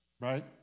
Right